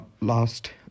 last